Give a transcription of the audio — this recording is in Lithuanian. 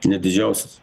ne didžiausias